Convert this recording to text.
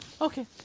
Okay